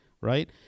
right